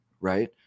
right